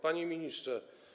Panie Ministrze!